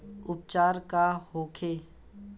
उपचार का होखे?